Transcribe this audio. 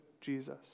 Jesus